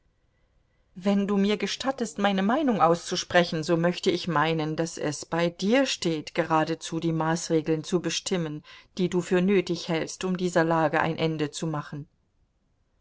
wenn du mir gestattest meine meinung auszusprechen so möchte ich meinen daß es bei dir steht geradezu die maßregeln zu bestimmen die du für nötig hältst um dieser lage ein ende zu machen